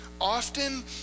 often